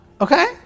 Okay